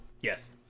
Yes